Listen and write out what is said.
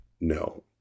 no